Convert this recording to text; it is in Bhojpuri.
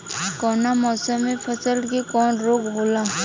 कवना मौसम मे फसल के कवन रोग होला?